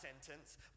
sentence